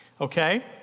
okay